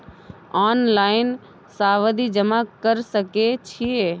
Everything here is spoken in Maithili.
ऑनलाइन सावधि जमा कर सके छिये?